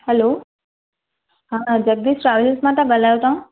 hello हा Jagdish travels मां था ॻाल्हायो था